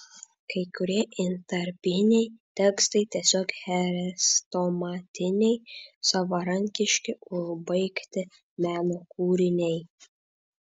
kai kurie intarpiniai tekstai tiesiog chrestomatiniai savarankiški užbaigti meno kūriniai